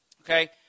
Okay